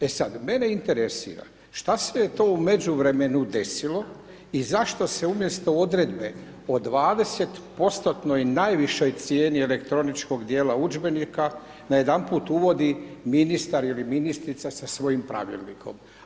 E sada mene interesira, šta se je to u međuvremenu desilo i zašto se umjesto odredbe od 20% najvišoj cijeni elektroničkog dijela udžbenika, najedanput uvodi ministar ili ministrica sa svojim pravilnikom?